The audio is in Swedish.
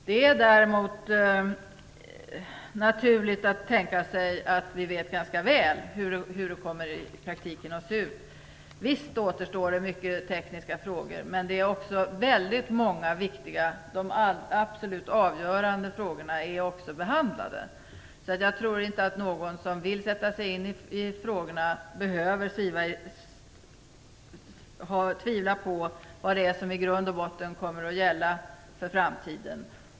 Det är däremot naturligt att vi vet ganska väl hur det kommer att se ut i praktiken. Visst återstår många tekniska frågor, men de absolut avgörande frågorna har redan behandlats. Jag tror därför inte att någon som vill sätta sig in i frågorna behöver tvivla på vad som i grund och botten kommer att gälla för framtiden.